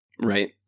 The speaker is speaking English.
Right